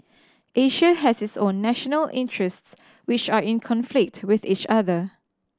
Asia has its own national interests which are in conflict with each other